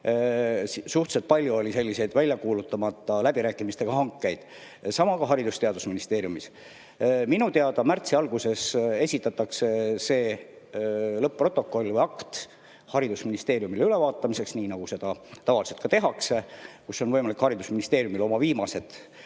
Suhteliselt palju oli selliseid väljakuulutamata läbirääkimistega hankeid, sama ka Haridus- ja Teadusministeeriumis. Minu teada märtsi alguses esitatakse lõpp-protokoll või -akt haridusministeeriumile ülevaatamiseks, nii nagu seda tavaliselt ka tehakse, ja siis on haridusministeeriumil võimalik